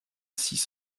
six